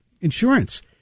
insurance